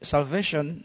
Salvation